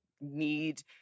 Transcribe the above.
need